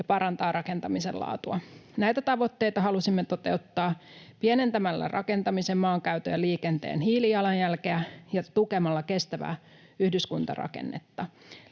ja parantaa rakentamisen laatua. Näitä tavoitteita halusimme toteuttaa pienentämällä rakentamisen, maankäytön ja liikenteen hiilijalanjälkeä ja tukemalla kestävää yhdyskuntarakennetta.